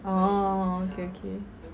oh okay okay